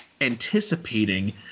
anticipating